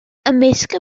ymysg